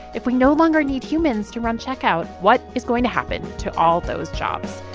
if we no longer need humans to run checkout, what is going to happen to all those jobs?